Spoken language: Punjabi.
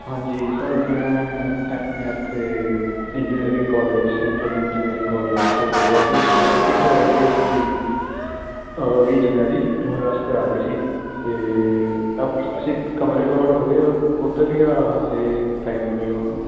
ਹਾਂਜੀ ਸਰ ਮੈਂ ਆਪਣੇ ਇੱਥੇ engineering college central engineering college ਤੋਂ ਬੋਲ ਰਿਹਾ ਸੀ ਅਤੇ ਬੁਕਿੰਗ ਕਰਵਾਈ ਸੀ ਅਸੀਂ ਵੀਹ ਜਨਵਰੀ ਉਹਦੇ ਵਾਸਤੇ ਆ ਰਹੇ ਸੀ ਤਾਂ ਮੈਂ ਪੁੱਛਣਾ ਸੀ ਕਮਰੇ ਅਲੋਟ ਹੋ ਗਏ ਓ ਉਧਰ ਜਾਂ ਹਜੇ ਟਾਈਮ ਲੱਗੇਗਾ ਉਹਨੂੰ